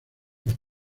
los